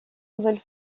nouvelle